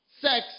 sex